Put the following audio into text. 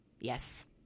Yes